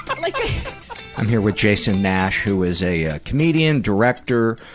but like i'm here with jason nash who is a ah comedian, director,